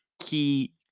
key